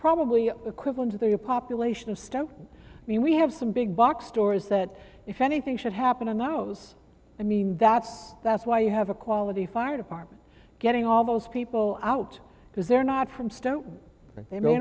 probably equivalent of the population of stone i mean we have some big box stores that if anything should happen to know i mean that's that's why you have a quality fire department getting all those people out because they're not from stone they